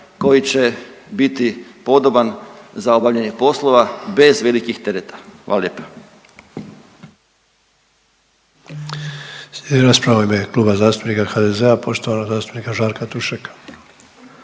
koji će biti podoban za obavljanje poslova bez velikih tereta. Hvala lijepa.